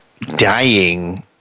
dying